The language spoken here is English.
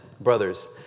brothers